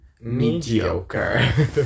mediocre